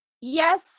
Yes